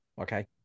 Okay